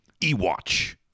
EWatch